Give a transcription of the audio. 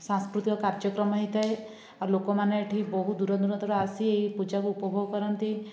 ସାଂସ୍କୃତିକ କାର୍ଯ୍ୟକ୍ରମ ହୋଇଥାଏ ଆଉ ଲୋକମାନେ ଏଇଠି ବହୁ ଦୂରଦୁରାନ୍ତରୁ ଆସି ଏହି ପୂଜାକୁ ଉପଭୋଗ କରନ୍ତି